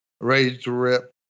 ready-to-rip